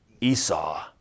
Esau